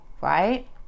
Right